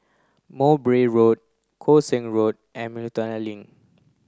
Mowbray Road Koon Seng Road and Miltonia Link